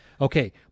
Okay